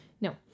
No